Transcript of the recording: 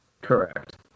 Correct